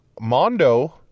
Mondo